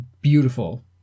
beautiful